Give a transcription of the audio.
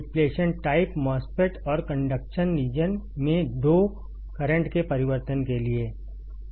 depletion type MOSFET और conduction region में 2 current के परिवर्तन के लिए